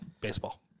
Baseball